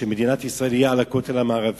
של מדינת ישראל תהיה על הכותל המערבי?